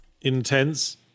intense